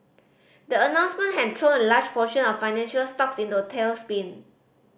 the announcement had thrown a large portion of financial stocks into a tailspin